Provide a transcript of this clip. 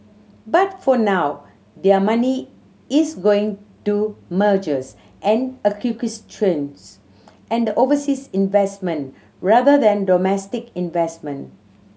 but for now their money is going to mergers and and overseas investment rather than domestic investment